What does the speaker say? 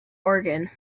oregon